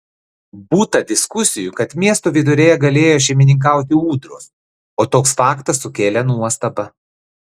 būta diskusijų kad miesto viduryje galėjo šeimininkauti ūdros o toks faktas sukėlė nuostabą